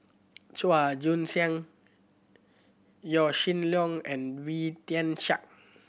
Chua Joon Siang Yaw Shin Leong and Wee Tian Siak